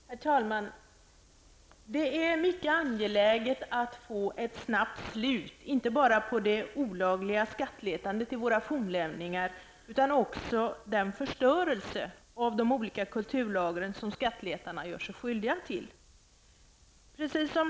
Herr talman! Det är mycket angeläget att få ett snabbt slut inte bara på det olagliga skattletandet i våra fornlämningar, utan också den förstörelse av olika kulturlager som skattletarna gör sig skyldiga till.